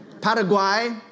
Paraguay